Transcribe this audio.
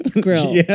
grill